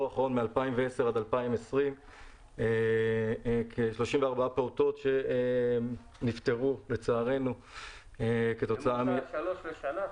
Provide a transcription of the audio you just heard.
מ-2010 עד 2020. שלושה בשנה?